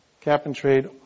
cap-and-trade